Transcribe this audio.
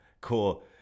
Cool